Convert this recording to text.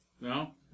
No